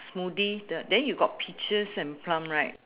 smoothie the then you got peaches and plum right